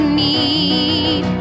need